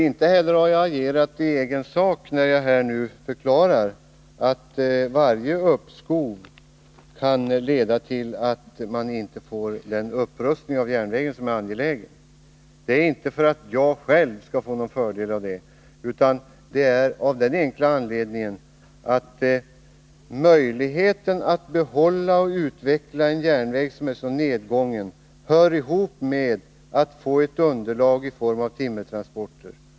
Inte heller har jag agerat i egen sak när jag här nu har förklarat att varje uppskov kan leda till att den upprustning av järnvägen som är angelägen inte kommer till stånd om flottningen bibehålls. Detta säger jag inte för att jag själv skall få någon fördel av det utan av den enkla anledningen att möjligheten att behålla och utveckla en järnväg som är så nedgången som denna hänger samman med att man får ett underlag i form av timmertransporter.